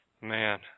Man